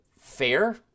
fair